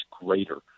greater